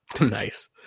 Nice